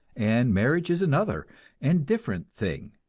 and marriage is another and different thing,